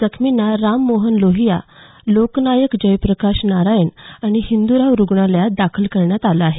जखमींना राम मनोहर लोहिया लोकनायक जयप्रकाश नारायण आणि हिंदराव रुग्णालयात दाखल करण्यात आलं आहे